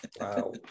Wow